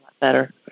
better